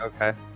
Okay